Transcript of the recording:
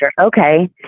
Okay